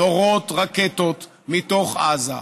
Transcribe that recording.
נורות רקטות מתוך עזה.